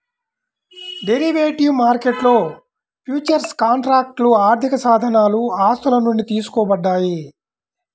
derivative మార్కెట్లో futures కాంట్రాక్ట్లు ఆర్థికసాధనాలు ఆస్తుల నుండి తీసుకోబడ్డాయి